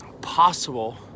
possible